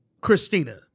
Christina